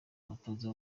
umutoza